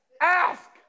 ask